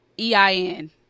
EIN